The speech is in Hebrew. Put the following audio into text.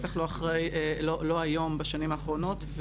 בטח לא היום בשנים האחרונות.